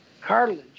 cartilage